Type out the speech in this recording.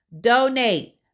donate